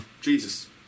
Jesus